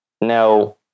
Now